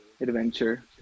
adventure